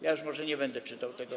Już może nie będę czytał tego.